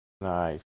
Nice